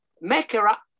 Mecca